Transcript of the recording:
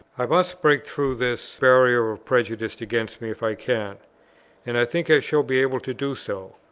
i must break through this barrier of prejudice against me if i can and i think i shall be able to do so.